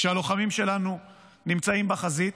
כשהלוחמים שלנו נמצאים בחזית,